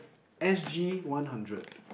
S_G one hundred